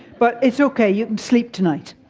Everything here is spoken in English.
but it's okay, you can sleep tonight.